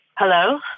Hello